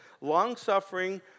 long-suffering